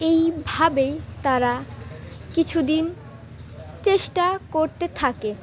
এইভাবেই তারা কিছুদিন চেষ্টা করতে থাকে